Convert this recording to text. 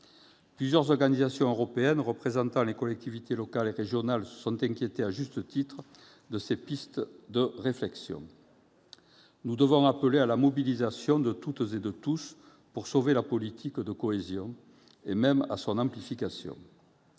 Plusieurs organisations européennes représentant les collectivités locales et régionales se sont inquiétées, à juste titre, de ces pistes de réflexion. Nous devons appeler à la mobilisation de toutes et tous pour sauver la politique de cohésion, et même pour encourager son amplification.